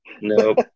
Nope